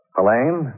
Helene